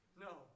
No